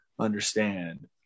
understand